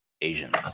Asians